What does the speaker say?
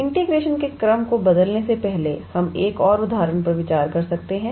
integration के क्रम को बदलने से पहले हम एक और उदाहरण पर विचार कर सकते हैं